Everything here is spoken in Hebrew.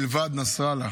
מלבד נסראללה.